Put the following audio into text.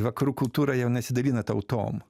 vakarų kultūra jau nesidalina tautom